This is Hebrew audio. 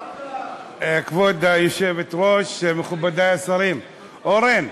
כבוד היושבת-ראש, מכובדי השרים, אורן,